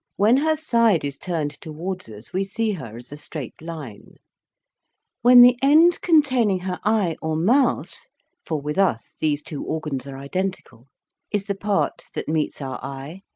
when her side is turned towards us, we see her as a straight line when the end containing her eye or mouth for with us these two organs are identical is the part that meets our eye,